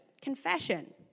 confession